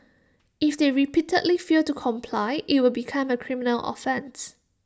if they repeatedly fail to comply IT will become A criminal offence